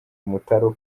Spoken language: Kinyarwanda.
umutaru